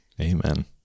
amen